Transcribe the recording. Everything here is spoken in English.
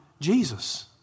Jesus